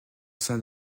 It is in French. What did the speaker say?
sein